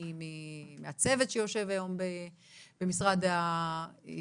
מסוגיה של הצוות שיושב היום במשרד האוצר,